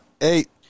eight